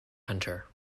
hunter